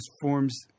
forms